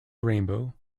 rainbow